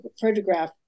photograph